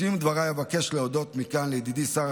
בסיום דבריי אבקש להודות מכאן לידידי שר